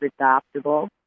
adoptable